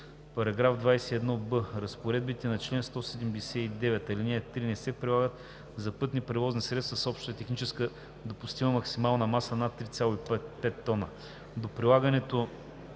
§ 21б. (1) Разпоредбата на чл. 179, ал. 3 не се прилага за пътните превозни средства с обща технически допустима максимална маса над 3,5 тона.